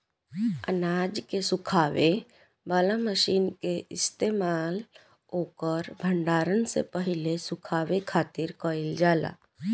अनाज के सुखावे वाला मशीन के इस्तेमाल ओकर भण्डारण से पहिले सुखावे खातिर कईल जाला